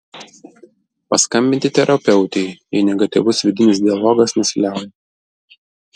paskambinti terapeutei jei negatyvus vidinis dialogas nesiliauja